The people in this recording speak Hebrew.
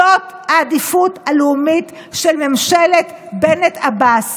זאת העדיפות הלאומית של ממשלת בנט-עבאס,